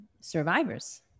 survivors